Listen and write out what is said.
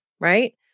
right